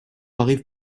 arrivent